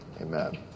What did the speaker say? Amen